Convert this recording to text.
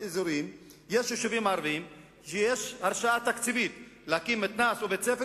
יש יישובים ערביים שיש הרשאה תקציבית להקים מתנ"ס או בית-ספר,